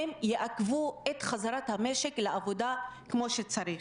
ויעכבו את חזרת המשק לעבודה כמו שצריך.